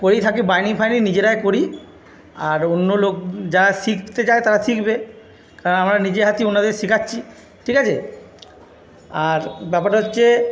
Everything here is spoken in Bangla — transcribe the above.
করেই থাকি বাইন্ডিং ফাইন্ডিং নিজেরাই করি আর অন্য লোক যারা শিখতে চায় তারা শিখবে কারণ আমরা নিজের হাতেই উনাদের শেখাচ্ছি ঠিক আছে আর ব্যাপারটা হচ্ছে